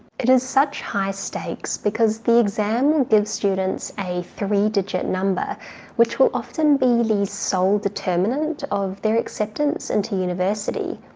it is such high stakes because the exam will give students a three-digit number which will often be the sole determinant of their acceptance into university.